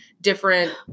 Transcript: different